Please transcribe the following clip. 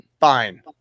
Fine